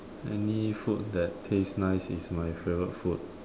any food that taste nice is my favourite food